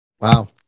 Wow